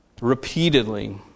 Repeatedly